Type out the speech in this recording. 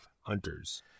hunters